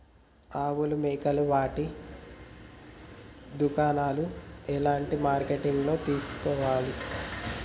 ఆవులు మేకలు వాటి దాణాలు ఎలాంటి మార్కెటింగ్ లో తీసుకోవాలి?